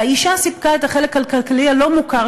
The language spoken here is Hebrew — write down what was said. והאישה סיפקה את החלק הכלכלי הלא-מוכר